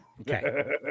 Okay